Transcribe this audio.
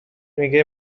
میگه